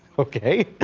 okay,